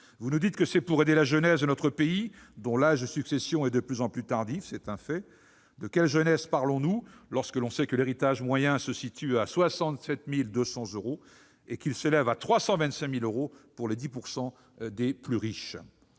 Vous nous dites que c'est pour aider la « jeunesse de notre pays », dont l'âge de succession est de plus en plus tardif- c'est un fait. De quelle jeunesse parle-t-on lorsqu'on sait que l'héritage moyen s'élève à 67 200 euros, mais à 325 000 euros pour les 10 % les plus riches ?